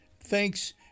Thanks